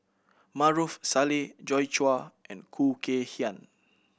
Maarof Salleh Joi Chua and Khoo Kay Hian